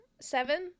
Seven